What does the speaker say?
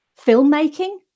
filmmaking